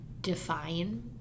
define